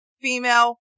female